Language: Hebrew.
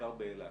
בעיקר באילת,